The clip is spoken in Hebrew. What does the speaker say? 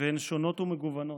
והן שונות ומגוונות.